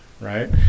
Right